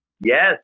Yes